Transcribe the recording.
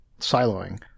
siloing